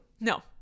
No